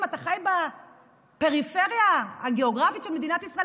אם אתה חי בפריפריה הגיאוגרפית של מדינת ישראל,